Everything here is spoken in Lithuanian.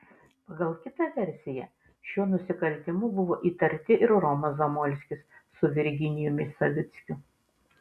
pagal kitą versiją šiuo nusikaltimu buvo įtarti ir romas zamolskis su virginijumi savickiu